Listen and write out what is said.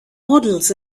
models